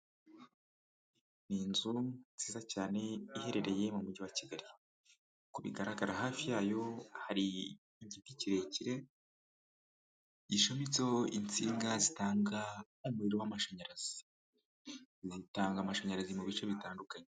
Ni inzu nziza cyane iherereye mu mujyi wa Kigali, ku bigaragara hafi yayo hari igiti kirekire gicometseho insinga z'umuriro w'amashanyarazi zitanga amashanyarazi mu bice bitandukanye.